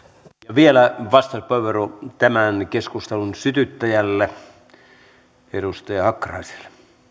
vielä vastauspuheenvuoro tämän keskustelun sytyttäjälle edustaja hakkaraiselle